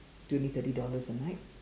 twenty thirty dollars a night